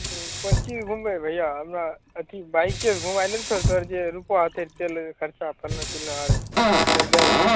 हँ कोन चीजसँ घुमबै भैया हमरा अथी बाइकेसँ घुमाय नहि दैतहो रे तोहर जे रुपैआ होतै तेल खर्चा फल्लाँ चिल्लाँ आर से हम दए दितियौ